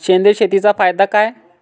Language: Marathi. सेंद्रिय शेतीचा फायदा काय?